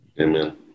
Amen